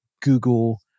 Google